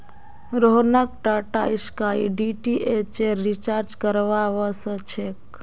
रोहनक टाटास्काई डीटीएचेर रिचार्ज करवा व स छेक